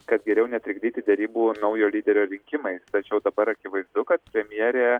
kad geriau netrikdyti derybų naujo lyderio rinkimais tačiau dabar akivaizdu kad premjerė